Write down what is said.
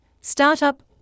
startup